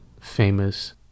famous